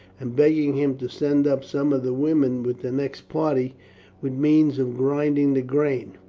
and begging him to send up some of the women with the next party with means of grinding the grain.